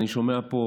אני שומע,